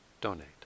donate